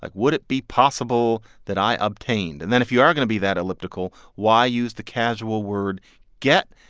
like would it be possible that i obtained? and then if you are going to be that elliptical, why use the casual word get?